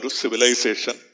civilization